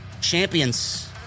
champions